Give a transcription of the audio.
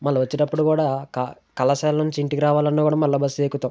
మళ్ళా వచ్చేటప్పుడు కూడా క కళాశాల నుంచి ఇంటికి రావాలన్నా కూడా మళ్ళా బస్సే ఎక్కుతాం